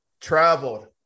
traveled